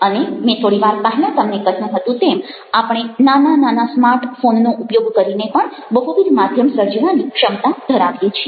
અને મેં થોડીવાર પહેલાં તમને કહ્યું હતું તેમ આપણે નાના નાના સ્માર્ટ ફોનનો ઉપયોગ કરીને પણ બહુવિધ માધ્યમ સર્જવાની ક્ષમતા ધરાવીએ છીએ